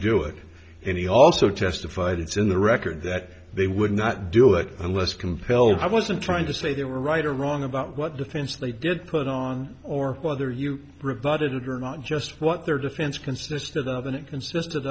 do it and he also testified it's in the record that they would not do it unless compelled i wasn't trying to say they were right or wrong about what defense they did put on or whether you rebutted or not just what their defense consisted